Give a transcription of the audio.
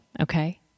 Okay